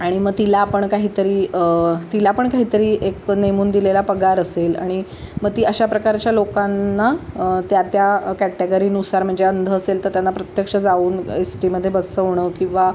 आणि मग तिला पण काहीतरी तिला पण काहीतरी एक नेमून दिलेला पगार असेल आणि मग ती अशा प्रकारच्या लोकांना त्या त्या कॅटेगरीनुसार म्हणजे अंध असेल तर त्यांना प्रत्यक्ष जाऊन एस टीमध्ये बसवणं किंवा